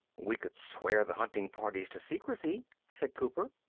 we could swear the hunting parties to secrecy, said cooper.